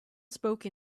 spoke